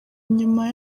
nyuma